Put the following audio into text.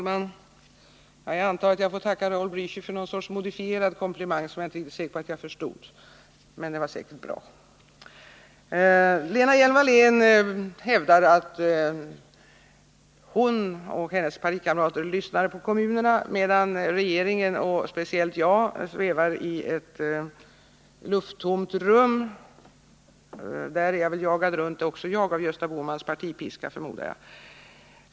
Herr talman! Jag antar att jag får tacka Raul Blächer för någon sorts modifierad komplimang, som jag inte är säker på att jag förstod. Men den var säkert bra. Lena Hjelm-Wallén hävdar att hon och hennes partikamrater lyssnar på kommunerna, medan regeringen och speciellt jag svävar i ett lufttomt rum. Även jag jagas väl runt av Gösta Bohmans partipiska, förmodar jag.